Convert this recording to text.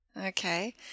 Okay